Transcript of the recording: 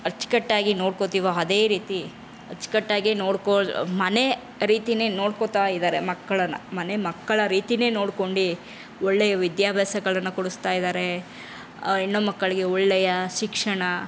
ಅಚ್ಚುಕಟ್ಟಾಗಿ ನೋಡ್ಕೊತಿವೋ ಅದೇ ರೀತಿ ಅಚ್ಚುಕಟ್ಟಾಗೇ ನೋಡ್ಕೊ ಮನೆ ರೀತಿಯೇ ನೋಡ್ಕೋತಾ ಇದ್ದಾರೆ ಮಕ್ಳನ್ನು ಮನೆ ಮಕ್ಕಳ ರೀತಿಯೇ ನೋಡ್ಕೊಂಡು ಒಳ್ಳೆಯ ವಿದ್ಯಾಭ್ಯಾಸಗಳನ್ನ ಕೊಡಿಸ್ತಾ ಇದ್ದಾರೆ ಎಣ್ಣು ಮಕ್ಕಳಿಗೆ ಒಳ್ಳೆಯ ಶಿಕ್ಷಣ